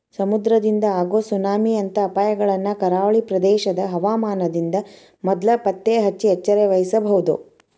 ಸಮುದ್ರದಿಂದ ಆಗೋ ಸುನಾಮಿ ಅಂತ ಅಪಾಯಗಳನ್ನ ಕರಾವಳಿ ಪ್ರದೇಶದ ಹವಾಮಾನದಿಂದ ಮೊದ್ಲ ಪತ್ತೆಹಚ್ಚಿ ಎಚ್ಚರವಹಿಸಬೊದು